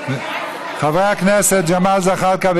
חברי הכנסת ג'מאל זחאלקה,